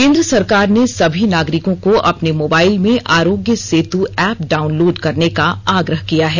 केंद्र सरकार ने समी नागरिकों को अपने मोबाइल में आरोग्य सेतू एप डाउनलोड करने का आग्रह किया है